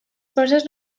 forces